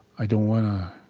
i don't want to